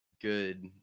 good